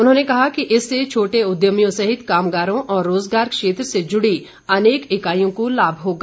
उन्होंने कहा कि इससे छोअे उद्यमियों सहित कामगारों और रोज़गार क्षेत्र से जुड़ी अनेक इकाईयों को लाम होगा